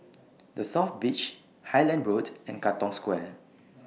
The South Beach Highland Road and Katong Square